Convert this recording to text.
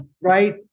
right